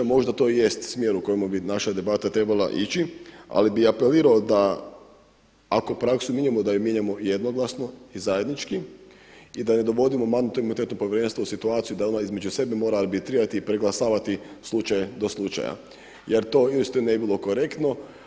Možda to jest smjer u kojemu bi naša debata trebala ići, ali bi apelirao da ako praksu mijenjamo da ju mijenjamo jednoglasno i zajednički i da ne dovodimo Mandatno-imunitetno povjerenstvo u situaciju da ono između sebe mora arbitrirati i preglasavati slučaj do slučaja jer to uistinu ne bi bilo korektno.